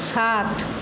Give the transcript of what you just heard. সাত